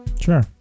Sure